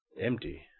Empty